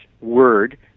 word